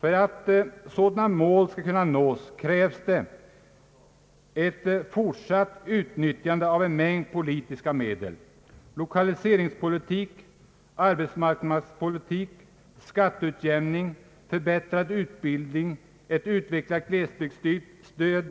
För att sådana mål skall kunna nås krävs det ett fortsatt utnyttjande av en mängd politiska medel, lokaliseringspolitik, arbetsmarknadspolitik, skatteutjämning, förbättrad utbildning, ett utvecklat glesbygdsstöd